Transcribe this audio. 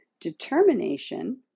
determination